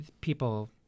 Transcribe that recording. people